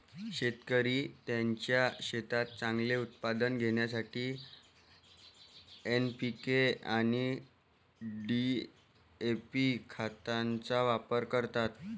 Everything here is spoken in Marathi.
शेतकरी त्यांच्या शेतात चांगले उत्पादन घेण्यासाठी एन.पी.के आणि डी.ए.पी खतांचा वापर करतात